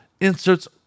inserts